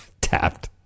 tapped